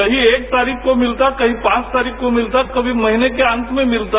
कहीं एक तारीख को मिलता था कहीं पांच तारीख को मिलता था कमी महीने के अन्त में मिलता था